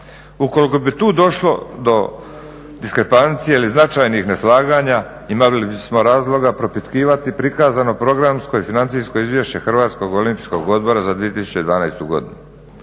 Ukoliko bi tu došlo do diskrepancije ili značajnih neslaganja imali bismo razloga propitkivati prikazano programsko i financijsko izvješće Hrvatskog olimpijskog odbora za 2012. godinu.